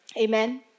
Amen